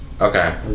Okay